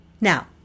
Now